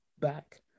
back